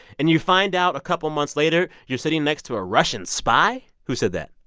and you find out a couple of months later you're sitting next to a russian spy? who said that?